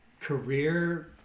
career